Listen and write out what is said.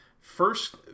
First